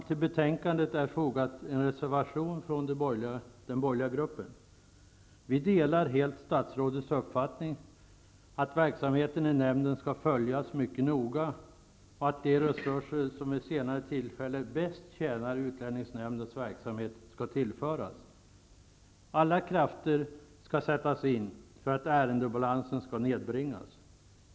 Till betänkandet är fogad en reservation från den borgerliga gruppen. Vi delar helt statsrådets uppfattning att verksamheten i nämnden skall följas mycket noga och att de resurser som vid senare tillfälle bäst tjänar syftet med utlänningsnämndens verksamhet skall tillföras. Alla krafter skall sättas in för att ärendebalansen skall nedbringas.